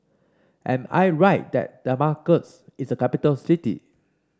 am I right that Damascus is a capital city